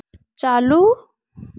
चालू